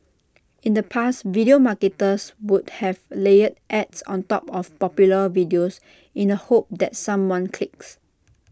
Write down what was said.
in the past video marketers would have layered ads on top of popular videos in the hope that someone clicks